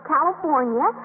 California